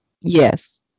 Yes